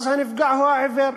אז הנפגע הוא העיוור.